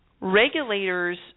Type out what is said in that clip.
regulators